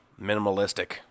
minimalistic